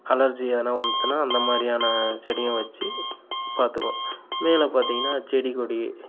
அலர்ஜியானா வந்ததுனா அந்த மாதிரியான செடியும் வச்சி பார்த்துக்குவோம் மேலே பார்த்தீங்கன்னா செடி கொடி